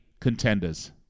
contenders